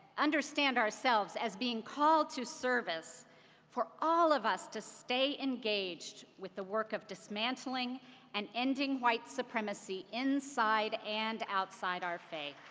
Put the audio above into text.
understand ourselves as being called to service for all of us to stay engaged with the work of dismantling and ending white supremacy inside and outside our faith.